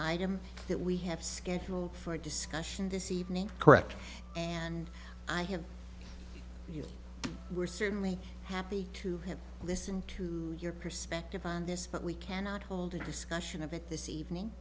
item that we have scheduled for discussion this evening correct and i hear you were certainly happy to have listened to your perspective on this but we cannot hold a discussion of it this evening